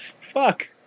fuck